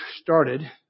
started